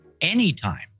anytime